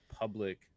public